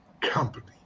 company